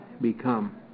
become